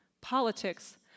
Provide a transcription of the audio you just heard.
politics